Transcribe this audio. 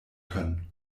können